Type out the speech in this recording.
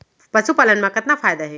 पशुपालन मा कतना फायदा हे?